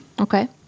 Okay